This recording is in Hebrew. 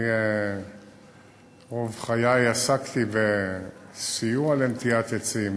אני רוב חיי עסקתי בסיוע לנטיעת עצים,